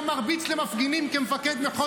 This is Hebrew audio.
יש להם קומבינות בקרב כלי התקשורת,